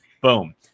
Boom